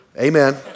amen